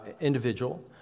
individual